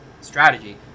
strategy